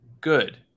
good